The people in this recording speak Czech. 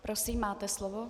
Prosím, máte slovo.